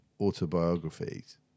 autobiographies